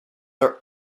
are